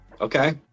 okay